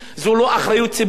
לא של חברי הכנסת,